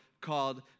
called